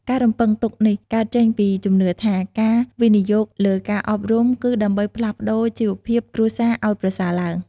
ការរំពឹងទុកនេះកើតចេញពីជំនឿថា ការវិនិយោគលើការអប់រំគឺដើម្បីផ្លាស់ប្តូរជីវភាពគ្រួសារឱ្យប្រសើរឡើង។